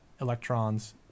electrons